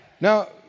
Now